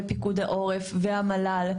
פיקוד העורף והמל"ל,